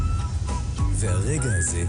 שנדבר עליהן בהמשך,